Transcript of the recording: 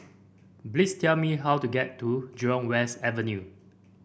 please tell me how to get to Jurong West Avenue